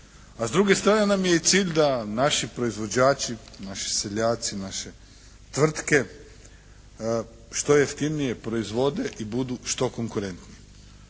a s druge strane nam je i cilj da naši proizvođači, naši seljaci, naše tvrtke što jeftinije proizvode i budu što konkurentnije.